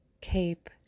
cape